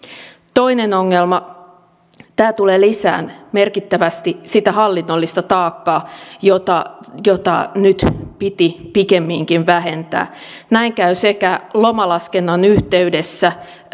toinen ongelma tämä tulee lisäämään merkittävästi sitä hallinnollista taakkaa jota jota nyt piti pikemminkin vähentää näin käy sekä lomalaskennan yhteydessä